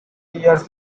years